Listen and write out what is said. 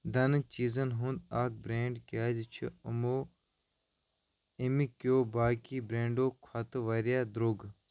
دنہٕ چیٖزن ہُنٛد اکھ برٮ۪نڈ کیٛازِ چھُ یِمو اَمہِ کیو باقی برٮ۪نڈو کھۄتہٕ واریاہ دروٚگ